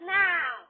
now